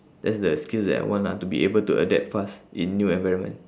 that's the skills that I want lah to be able to adapt fast in new environment